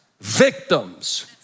victims